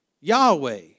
Yahweh